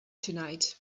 tonight